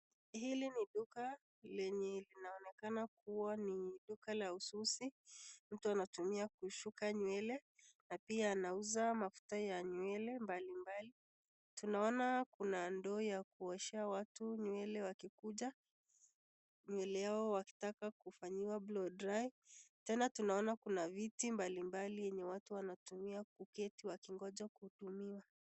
Hili ni duka lenye linaonekana kuwa ni duka la ususi. Mtu anatumia kushuka nywele na pia anauza mafuta ya nywele mbali mbali. Tunaona kuna ndoo ya kuoshea watu nywele wakikuja. Nywele yao wakitaka kufanyiwa blowdry . Tena tunaona kuna viti mbali mbali yenye watu wanatumia kuketi wakingoja kuhudumiwa.